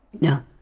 No